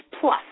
plus